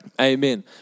Amen